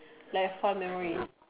like fun memories